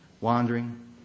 wandering